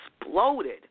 exploded